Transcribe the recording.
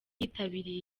yitabiriye